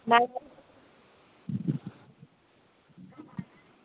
ma'am